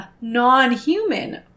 non-human